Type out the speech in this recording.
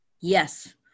yes